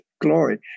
glory